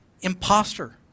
imposter